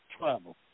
travel